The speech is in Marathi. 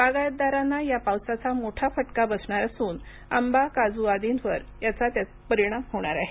बागायतदारांना या पावसाचा मोठा फटाका बसणार असून आंबा काजू आदींवर याचा परिणाम होणार आहे